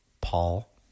Paul